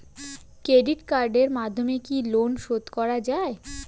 Credit কার্ডের মাধ্যমে কি লোন শোধ করা যায়?